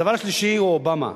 הדבר השלישי הוא אובמה: